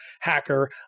hacker